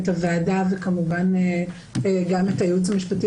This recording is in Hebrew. את הוועדה וכמובן גם את הייעוץ המשפטי